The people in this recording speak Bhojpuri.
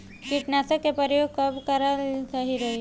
कीटनाशक के प्रयोग कब कराल सही रही?